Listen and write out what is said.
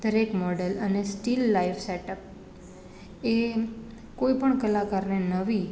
દરેક મોડલ અને still life setup એ કોઈ પણ કલાકારને નવી